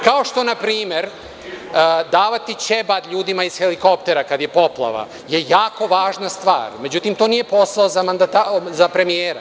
Kao što na primer, davati ćebad ljudima iz helikoptera kada je poplava je jako važna stvar, međutim to nije posao za premijera.